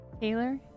taylor